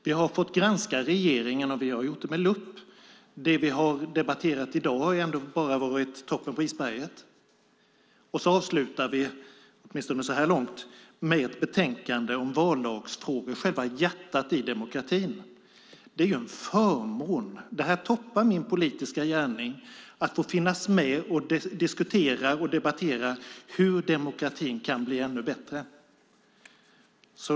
Vi har fått granska regeringen, och vi har gjort det med lupp. Det vi debatterat i dag har endast varit toppen av isberget. Sedan avslutar vi, åtminstone så här långt, med ett betänkande om vallagsfrågor, själva hjärtat i demokratin. Det är en förmån att få vara med. Det toppar min politiska gärning att få finnas med och diskutera och debattera hur demokratin kan bli ännu bättre.